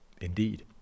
Indeed